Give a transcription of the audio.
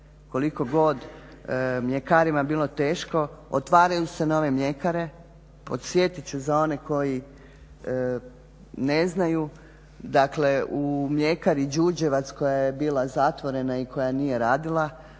koliko god mljekarima bilo teško otvaraju se nove mljekare. Podsjetit ću za one koji ne znaju. Dakle, u mljekari Đurđevac koja je bila zatvorena i koja nije radila